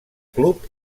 club